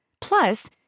Plus